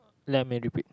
let me repeat